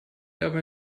aber